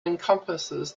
encompasses